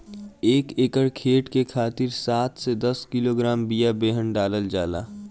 एक एकर खेत के खातिर सात से दस किलोग्राम बिया बेहन डालल जाला?